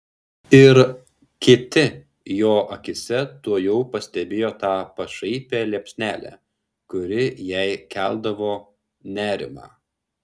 ir kiti jo akyse tuojau pastebėjo tą pašaipią liepsnelę kuri jai keldavo nerimą